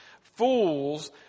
Fools